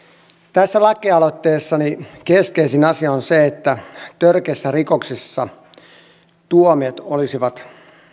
tässä lakialoitteessani keskeisin asia on se että törkeissä rikoksissa tuomiot olisivat